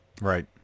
right